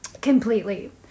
completely